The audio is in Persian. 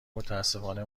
متأسفانه